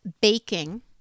baking